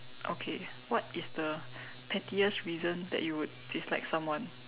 okay what is the pettiest reason that you would dislike someone